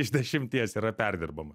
iš dešimties yra perdirbama